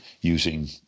using